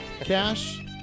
Cash